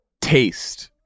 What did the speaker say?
taste